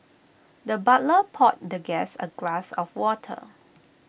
the butler poured the guest A glass of water